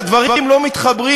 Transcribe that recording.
והדברים לא מתחברים.